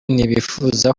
ntibifuza